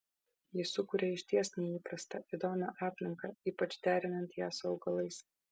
ji sukuria išties neįprastą įdomią aplinką ypač derinant ją su augalais